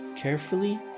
Carefully